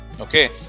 Okay